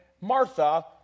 Martha